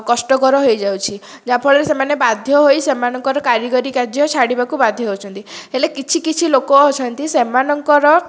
କଷ୍ଟକର ହୋଇଯାଉଛି ଯାହାଫଳରେ ସେମାନେ ବାଧ୍ୟ ହୋଇ ସେମାନଙ୍କର କାରିଗରୀ କାର୍ଯ୍ୟ ଛାଡ଼ିବାକୁ ବାଧ୍ୟ ହେଉଛନ୍ତି ହେଲେ କିଛି କିଛି ଲୋକ ଅଛନ୍ତି ସେମାନଙ୍କର